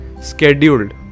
scheduled